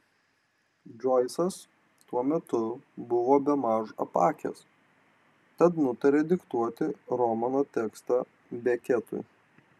džoisas tuo metu buvo bemaž apakęs tad nutarė diktuoti romano tekstą beketui